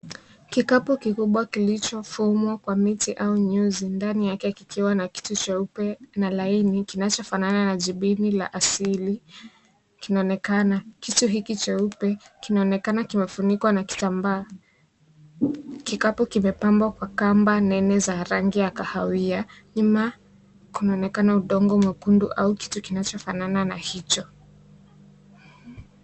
Kikapu kikubwa kilichofomwa kwa miti au nyuzi ndani yake kikiwa na kitu cheupe na laini kinachofanana na jibini la asili kinaonekana. Kitu hiki cheupe kinaonekana kimefunikwa na kitambaa. Kikapu kimepambwa kwa kamba nene za rangi ya kahawia. Nyuma kuonekana udongo mwekundu au kitu kinachofanana na hicho.